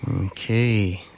Okay